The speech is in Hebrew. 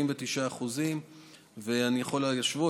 49%. אני יכול להשוות,